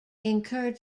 incurred